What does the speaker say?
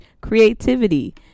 Creativity